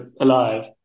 alive